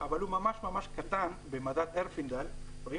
ממה נובע